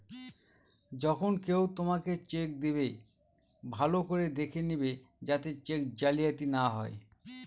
যখন কেউ তোমাকে চেক দেবে, ভালো করে দেখে নেবে যাতে চেক জালিয়াতি না হয়